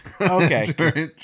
okay